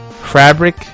fabric